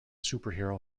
superhero